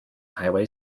highway